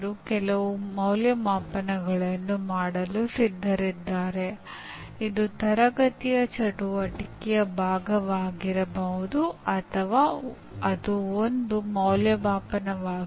ಇದರ ಅರ್ಥವೇನೆಂದರೆ ನಾವು ಆಯೋಜಿಸುವ ಎಲ್ಲಾ ಚಟುವಟಿಕೆಗಳು ಕಲಿಯುವವರಲ್ಲಿ ಆಸಕ್ತಿಯನ್ನು ಉಂಟುಮಾಡಬೇಕು